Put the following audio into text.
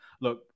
Look